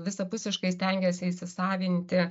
visapusiškai stengiasi įsisavinti